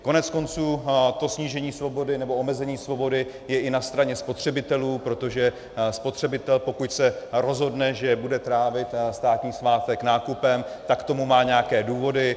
Koneckonců to snížení svobody nebo omezení svobody je i na straně spotřebitelů, protože spotřebitel, pokud se rozhodne, že bude trávit státní svátek nákupem, tak k tomu má nějaké důvody.